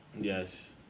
Yes